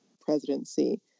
presidency